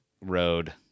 Road